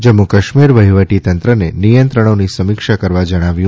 જમ્મુ કાશ્મીર વહીવટીતંત્રને નિયંત્રણોની સમીક્ષા કરવા જણાવ્યું